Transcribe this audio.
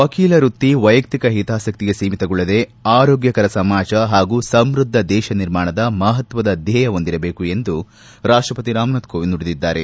ವಕೀಲ ವೃತ್ತಿ ವೈಯಕ್ತಿಕ ಹಿತಾಸಕ್ತಿಗೆ ಸೀಮಿತಗೊಳ್ಳದೆ ಆರೋಗ್ಟಕರ ಸಮಾಜ ಹಾಗೂ ಸಮೃದ್ದ ದೇಶ ನಿರ್ಮಾಣದ ಮಹತ್ವದ ಧ್ಯೇಯ ಹೊಂದಿರಬೇಕು ಎಂದು ರಾಷ್ಲಪತಿ ರಾಮನಾಥ್ ಕೋವಿಂದ್ ನುಡಿದಿದ್ದಾರೆ